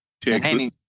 Texas